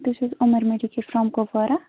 تُہۍ چھِو حظ عمر میٚڈِکیٹ فرٛام کُپوارا